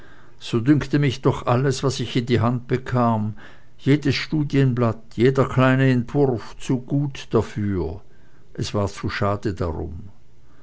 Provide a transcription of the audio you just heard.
so dünkte mich doch alles was ich in die hand bekam jedes studienblatt jeder kleine entwurf zu gut dafür es war zu schade darum